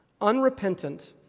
unrepentant